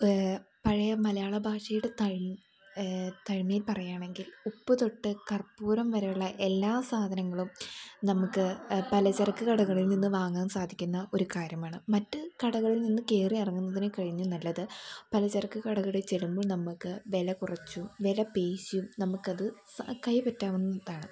പഴയ മലയാള ഭാഷയുടെ തനിമയിൽ പറയുകയാണെങ്കിൽ ഉപ്പു തൊട്ട് കർപ്പൂരം വരെയുള്ള എല്ലാ സാധനങ്ങളും നമുക്ക് പലചരക്ക് കടകളിൽ നിന്ന് വാങ്ങാൻ സാധിക്കുന്ന ഒരു കാര്യമാണ് മറ്റു കടകളിൽ നിന്ന് കയറി ഇറങ്ങുന്നതിന് കഴിഞ്ഞു നല്ലത് പലചരക്ക് കടകളിൽ ചെല്ലുമ്പോൾ നമ്മൾക്ക് വില കുറച്ചും വില പേശിയും നമുക്കത് കൈപ്പറ്റാവുന്നതാണ്